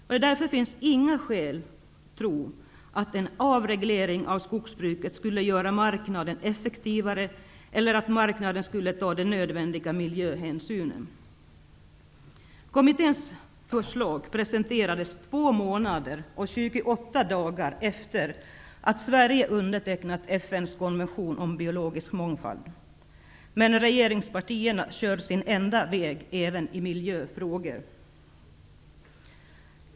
Det finns därför inga skäl att tro att en avreglering av skogsbruket skulle göra marknaden effektivare eller att marknaden skulle ta de nödvändiga miljöhänsynen. dagar efter det att Sverige undertecknat FN:s konvention om biologisk mångfald. Men regeringspartierna kör sin enda väg även i miljöfrågor.